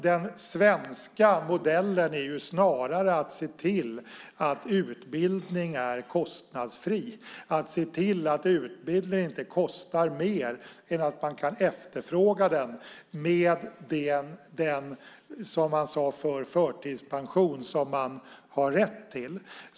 Den svenska modellen är ju snarare att se till att utbildning är kostnadsfri, att se till att utbildning inte kostar mer än att man kan efterfråga den med den, som man sade förr, förtidspension som man har rätt till.